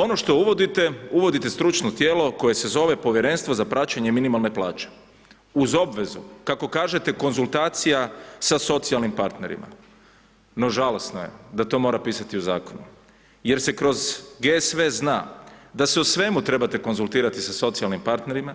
Ono što uvodite, uvodite stručno tijelo koje se zove Povjerenstvo za praćenje minimalne plaće, uz obvezu kako kažete konzultacija sa socijalnim partnerima, no žalosno je da to mora pisati u zakonu jer se kroz GSV sve zna, da se u svemu trebate konzultirati sa socijalnim partnerima,